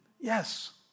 Yes